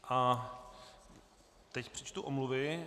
A teď přečtu omluvy.